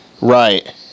Right